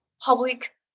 public